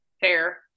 Fair